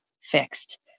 fixed